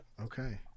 Okay